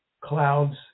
Clouds